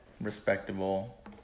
Respectable